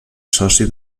soci